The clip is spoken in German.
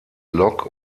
lok